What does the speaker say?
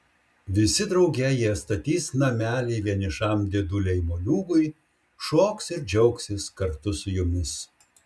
visi drauge jie statys namelį vienišam dėdulei moliūgui šoks ir džiaugsis kartu su jumis